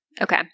Okay